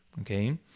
Okay